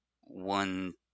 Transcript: one